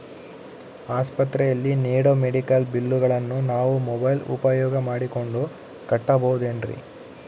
ಆಸ್ಪತ್ರೆಯಲ್ಲಿ ನೇಡೋ ಮೆಡಿಕಲ್ ಬಿಲ್ಲುಗಳನ್ನು ನಾವು ಮೋಬ್ಯೆಲ್ ಉಪಯೋಗ ಮಾಡಿಕೊಂಡು ಕಟ್ಟಬಹುದೇನ್ರಿ?